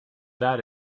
that